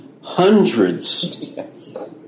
hundreds